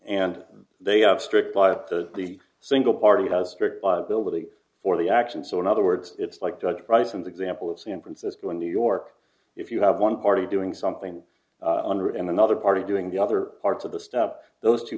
and they have strict by the single party has strict liability for the action so in other words it's like the price and example of san francisco in new york if you have one party doing something under in another party doing the other parts of the stuff those two